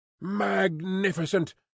Magnificent